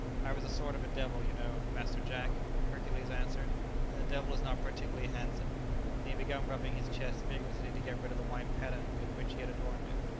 i was a sort of a devil, you know, master jack, hercules answered and the devil is not particularly handsome and he began rubbing his chest vigorously to get rid of the white pattern with which he had adorned it.